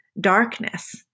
darkness